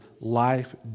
life